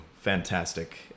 Fantastic